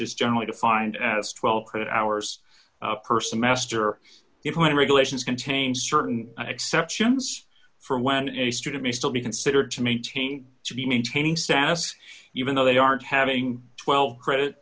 is generally defined as twelve hours per semester if one regulations contain certain exceptions for when any student may still be considered to maintain to be maintaining status even though they aren't having twelve credit